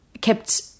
kept